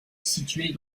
située